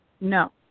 No